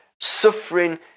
suffering